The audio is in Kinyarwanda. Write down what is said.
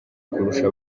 kurusha